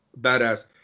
badass